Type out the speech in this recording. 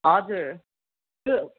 हजुर त्यो